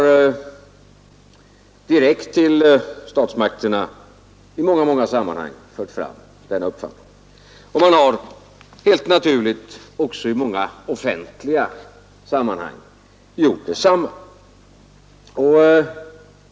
Man har direkt till statsmakterna i många sammanhang fört fram denna uppfattning, också helt naturligt, offentligt.